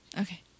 Okay